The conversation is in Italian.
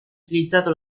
utilizzato